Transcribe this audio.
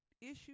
issue